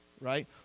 right